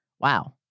Wow